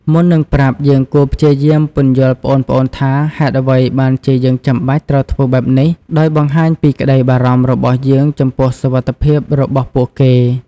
មុននឹងប្រាប់ យើងគួរព្យាយាមពន្យល់ប្អូនៗថា ហេតុអ្វីបានជាយើងចាំបាច់ត្រូវធ្វើបែបនេះ ដោយបង្ហាញពីក្ដីបារម្ភរបស់យើងចំពោះសុវត្ថិភាពរបស់ពួកគេ។